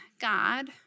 God